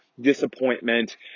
disappointment